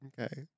okay